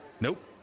Nope